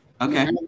okay